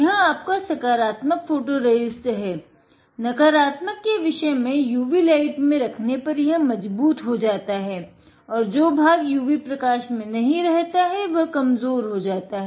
यह आपका सकारात्मक फोटोरेसिस्ट के विषय में UV लाइट में रखने पर यह मजबूत हो जाता है जो भाग UV प्रकाश में नही रहता वह कमजोर हो जाता है